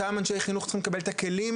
אותם אנשי חינוך צריכים לקבל את הכלים,